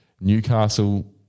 Newcastle